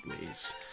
ways